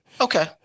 Okay